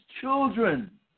children